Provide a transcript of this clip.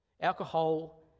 Alcohol